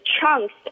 chunks